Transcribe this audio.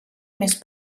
més